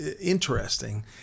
interesting